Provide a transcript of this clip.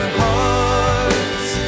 hearts